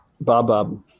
Bob-Bob